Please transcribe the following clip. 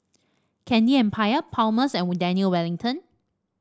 Candy Empire Palmer's and Daniel Wellington